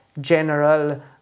general